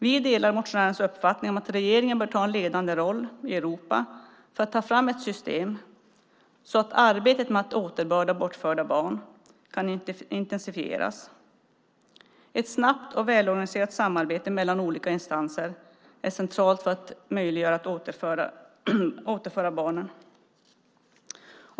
Vi delar motionärens uppfattning om att regeringen bör ta en ledande roll i Europa för att ta fram ett system så att arbetet med att återbörda bortförda barn kan intensifieras. Ett snabbt och välorganiserat samarbete mellan olika instanser är centralt för möjligheten att återföra barnen.